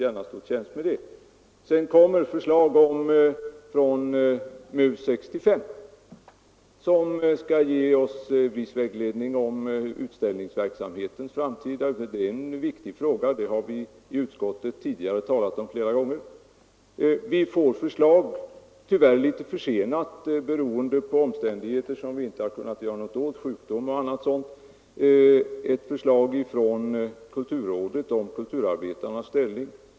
Vidare kommer det ett förslag från Mus 65, som skall ge oss viss vägledning när det gäller utställningsverksamhetens framtid. Det är en viktig fråga, som diskuterats flera gånger tidigare i utskottet. Vi får också förslag — tyvärr litet försenat, beroende på omständigheter som vi inte har kunnat råda över: sjukdom och liknande — från kulturrådet om kulturarbetarnas ställning.